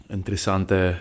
interessante